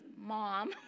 mom